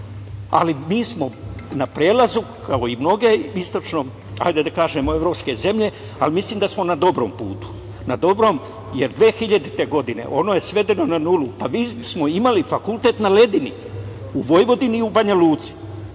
smo na prelazu, kao i mnoge istočno-evropske zemlje, ali mislim da smo na dobrom putu, jer 2000. godine ono je svedeno na nulu. Pa mi smo imali fakultet na Ledini, u Vojvodini i u Banja Luci.